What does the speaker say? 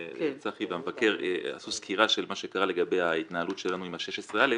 שצחי והמבקר עשו סקירה של מה שקרה לגבי ההתנהלות שלנו עם ה-16א,